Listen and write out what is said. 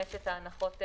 רכבת ישראל,